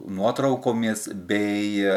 nuotraukomis bei